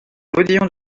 modillons